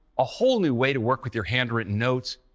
a whole new way to work with your handwritten notes,